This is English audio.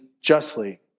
justly